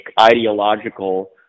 ideological